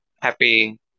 happy